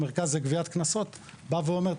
המרכז לגביית קנסות בא ואומר,